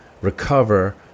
recover